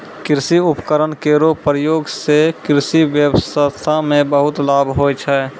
कृषि उपकरण केरो प्रयोग सें कृषि ब्यबस्था म बहुत लाभ होय छै